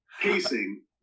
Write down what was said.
pacing